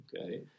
Okay